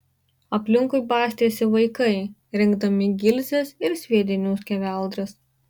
aplinkui bastėsi vaikai rinkdami gilzes ir sviedinių skeveldras